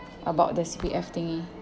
about the C_P_F thingy